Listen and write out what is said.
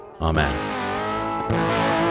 Amen